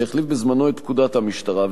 שהחליף בזמנו את פקודת המשטרה.